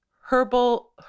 Herbal